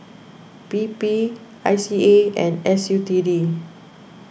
P P I C A and S U T D